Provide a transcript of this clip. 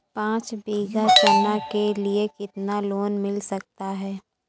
पाँच बीघा चना के लिए कितना लोन मिल सकता है?